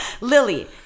Lily